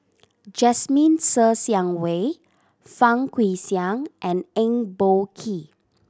Jasmine Ser Xiang Wei Fang Guixiang and Eng Boh Kee